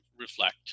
reflect